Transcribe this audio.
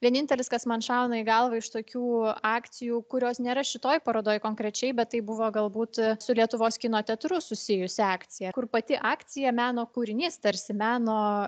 vienintelis kas man šauna į galvą iš tokių akcijų kurios nėra šitoj parodoj konkrečiai bet tai buvo galbūt su lietuvos kino teatru susijusi akcija kur pati akcija meno kūrinys tarsi meno